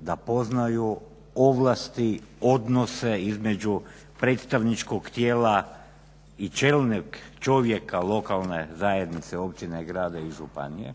da poznaju ovlasti, odnose između predstavničkog tijela i čelnog čovjeka lokalne zajednice, općine, grada i županije,